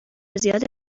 زیاد